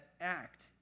act